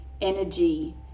energy